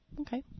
Okay